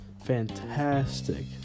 fantastic